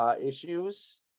Issues